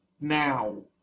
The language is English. now